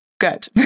Good